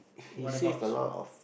what about s~